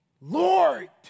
Lord